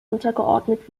untergeordnet